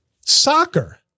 Soccer